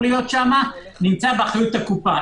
נמצא באחריות הקופה.